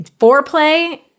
foreplay